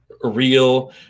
real